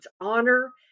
honor